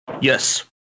Yes